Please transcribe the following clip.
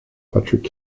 patrick